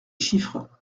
chiffres